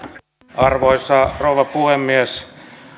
arvoisa rouva puhemies